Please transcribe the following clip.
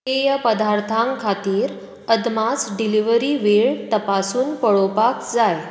पेय पदार्थां खातीर अदमास डिलिव्हरी वेळ तपासून पळोवपाक जाय